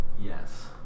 Yes